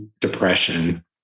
depression